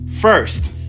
first